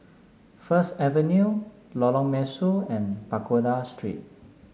First Avenue Lorong Mesu and Pagoda Street